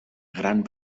gran